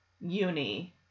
Uni